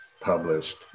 published